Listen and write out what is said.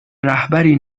رهبری